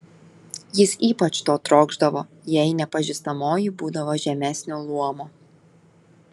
jis ypač to trokšdavo jei nepažįstamoji būdavo žemesnio luomo